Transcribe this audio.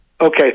Okay